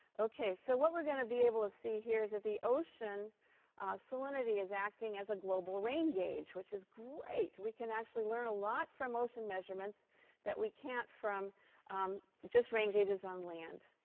ok. so what we're going to be able to see here is that the ocean salinity is acting as a global rain gauge, which is great. we can actually learn a lot from ocean measurements that we can't from just rain gauges on land.